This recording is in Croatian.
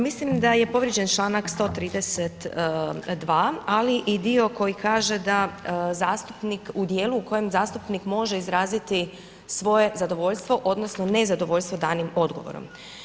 Mislim da je povrijeđen čl. 132 ali i dio koji kaže da zastupnik u djelu u kojem zastupnik može izraziti svoje zadovoljstvo odnosno nezadovoljstvo danim odgovorom.